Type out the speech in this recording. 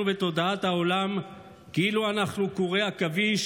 ותודעת העולם כאילו אנחנו קורי עכביש,